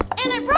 and